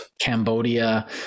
cambodia